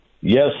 Yes